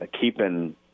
keeping